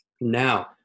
Now